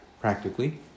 practically